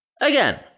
Again